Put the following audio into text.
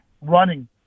running